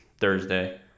Thursday